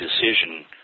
decision